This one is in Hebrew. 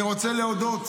אני רוצה להודות